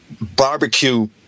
barbecue